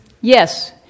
Yes